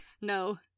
No